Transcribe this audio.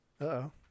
uh-oh